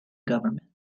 government